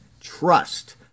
trust